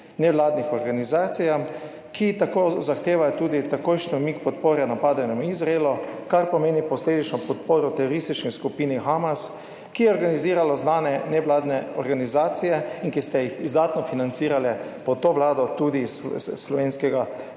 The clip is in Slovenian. nevladnih organizacijah, ki tako zahtevajo tudi takojšen umik podpore napadenemu Izraelu, kar pomeni posledično podporo teroristični skupini Hamas, ki je organiziralo znane nevladne organizacije in ki ste jih izdatno financirali pod to vlado tudi iz slovenskega